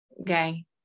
Okay